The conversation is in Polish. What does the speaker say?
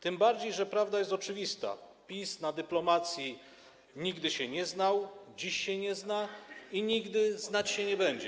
Tym bardziej że prawda jest oczywista: PiS na dyplomacji nigdy się nie znał, dziś się nie zna i nigdy znać się nie będzie.